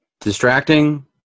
Distracting